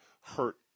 hurt